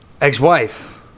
Ex-wife